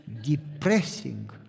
Depressing